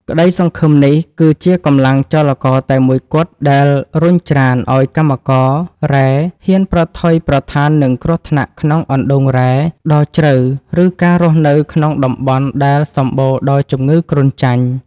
ក្តីសង្ឃឹមនេះគឺជាកម្លាំងចលករតែមួយគត់ដែលរុញច្រានឱ្យកម្មកររ៉ែហ៊ានប្រថុយប្រថាននឹងគ្រោះថ្នាក់ក្នុងអណ្តូងរ៉ែដ៏ជ្រៅ ឬការរស់នៅក្នុងតំបន់ដែលសម្បូរដោយជំងឺគ្រុនចាញ់។